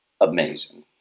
amazing